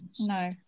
No